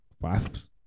five